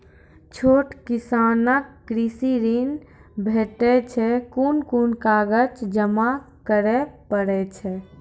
छोट किसानक कृषि ॠण भेटै छै? कून कून कागज जमा करे पड़े छै?